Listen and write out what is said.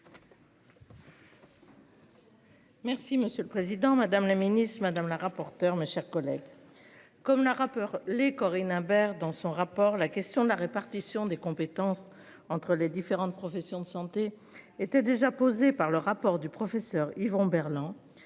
Merci, monsieur le Président Madame la Ministre Madame la rapporteure, mes chers collègues. Comme la rappeur les Corinne Imbert dans son rapport la question de la répartition des compétences entre les différentes professions de santé étaient déjà posée par le rapport du professeur Yvon Berland